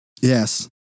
Yes